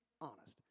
honest